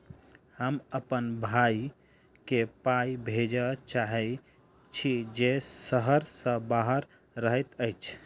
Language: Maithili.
हम अप्पन भयई केँ पाई भेजे चाहइत छि जे सहर सँ बाहर रहइत अछि